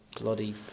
bloody